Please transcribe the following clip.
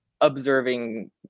observing